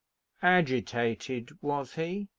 agitated, was he?